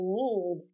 need